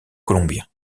colombien